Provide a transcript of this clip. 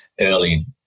early